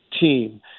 team –